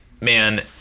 man